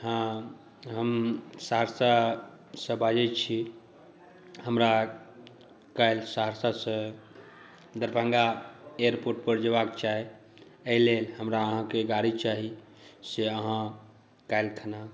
हँ हम सहरसासँ बाजैत छी हमरा काल्हि सहरसासँ दरभङ्गा एअरपोर्टपर जयबाक छै एहिलेल हमरा अहाँके गाड़ी चाही से अहाँ काल्हिखना